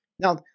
Now